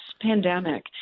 pandemic